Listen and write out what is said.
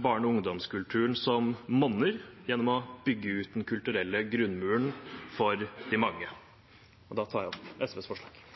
barne- og ungdomskulturen som monner, gjennom å bygge ut Den kulturelle grunnmuren for de mange. Da tar jeg opp SVs forslag.